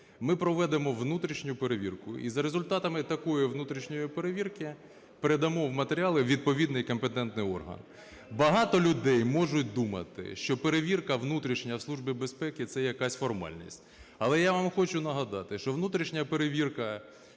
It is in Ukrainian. ми проведемо внутрішню перевірку і за результатами такої внутрішньої перевірки передамо матеріали у відповідний компетентний орган. Багато людей можуть думати, що перевірка внутрішня в Службі безпеки – це якась формальність. Але я вам хочу нагадати, що внутрішня перевірка